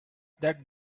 that